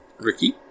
Ricky